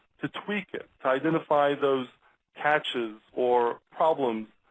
to tweak it, to identify those catches or problems